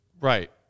Right